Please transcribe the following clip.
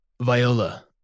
Viola